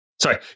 Sorry